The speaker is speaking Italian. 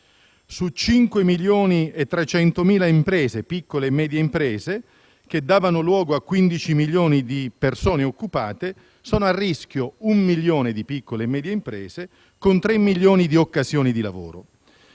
milioni e 300.000 piccole e medie imprese, che davano luogo a 15 milioni di persone occupate, sono a rischio un milione di piccole e medie imprese, con tre milioni di occasioni di lavoro.